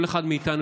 כל אחד מאיתנו,